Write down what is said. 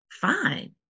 fine